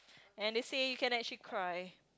and they say you can actually cry